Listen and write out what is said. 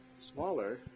Smaller